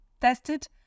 tested